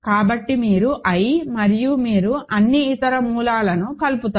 కాబట్టి మీరు i మరియు మీరు అన్ని ఇతర మూలాలను కలిపారు